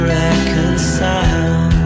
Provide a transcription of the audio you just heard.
reconcile